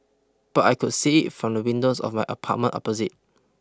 but I could see it from the windows of my apartment opposite